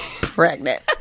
Pregnant